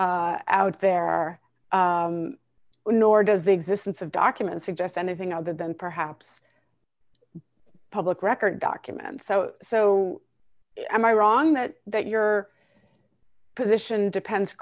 out there nor does the existence of documents suggest anything other than perhaps public record documents oh so am i wrong that that your position depends